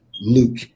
Luke